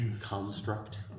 Construct